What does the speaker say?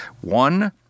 One